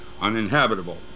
uninhabitable